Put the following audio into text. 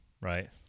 right